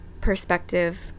perspective